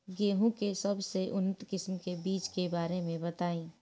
गेहूँ के सबसे उन्नत किस्म के बिज के बारे में बताई?